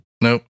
Nope